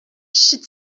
should